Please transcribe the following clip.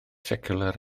seciwlar